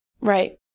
Right